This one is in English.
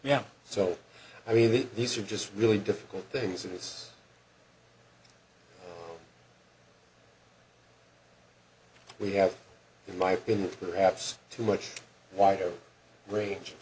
yeah so i mean these are just really difficult things in this we have in my opinion to have too much wider range of